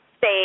say